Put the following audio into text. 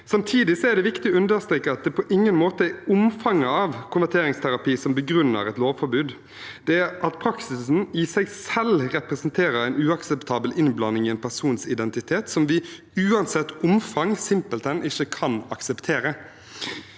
Samtidig er det viktig å understreke at det på ingen måte er omfanget av konverteringsterapi som begrunner et lovforbud, men at praksisen i seg selv representerer en uakseptabel innblanding i en persons identitet som vi, uansett omfang, simpelthen ikke kan akseptere.